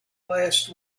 last